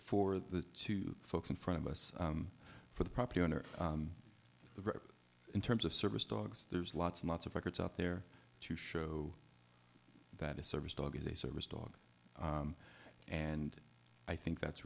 for the two folks in front of us for the property owner in terms of service dogs there's lots and lots of records out there to show that a service dog is a service dog and i think that's